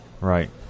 Right